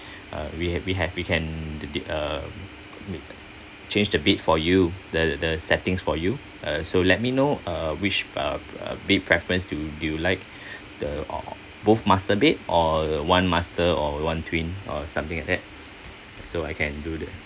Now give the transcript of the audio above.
uh we have we have we can de~ uh change the bed for you the the settings for you uh so let me know uh which uh uh bed preference do do you like the or both master bed or one master or one twin or something like that so I can do the